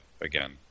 again